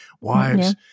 Wives